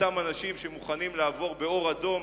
אותם אנשים שמוכנים לעבור באור אדום,